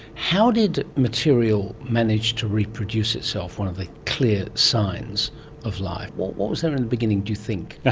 how did material manage to reproduce itself, one of the clear signs of life? what what was there in the beginning, do you think? ah,